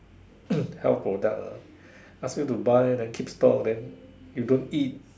health product ah ask you to buy then keep stock then you don't eat